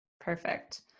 Perfect